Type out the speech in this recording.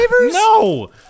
No